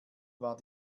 war